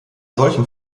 solchen